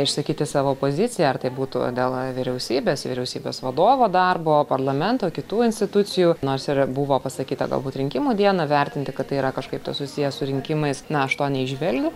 išsakyti savo poziciją ar tai būtų dėl vyriausybės vyriausybės vadovo darbo parlamento kitų institucijų nors ir buvo pasakyta galbūt rinkimų dieną vertinti kad tai yra kažkaip tai susiję su surinkimais na aš to neįžvelgiu